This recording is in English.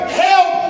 help